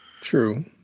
True